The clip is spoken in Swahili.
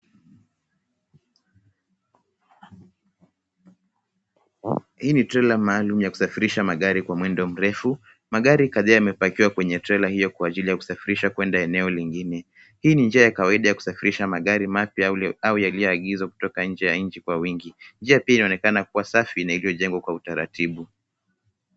Hii ni trela maalum ya kusafirisha magari Kwa mwendo mrefu, magari kadhaa yamepakiwa kwenye trela hiyo Kwa ajili ya kusafirisha kwenda eneo lingine. Hii ni njia ya kawaida ya kusafirisha magari mapya au yaliyoagizwa kutoka nje ya nchi Kwa wingi. Njia pia inaonekana kuwa safi na iliyojengwa Kwa utaratibu.